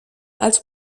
als